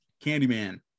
Candyman